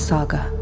Saga